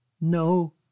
No